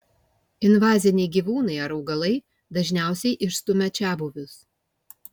invaziniai gyvūnai ar augalai dažniausiai išstumia čiabuvius